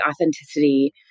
authenticity